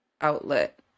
outlet